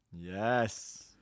yes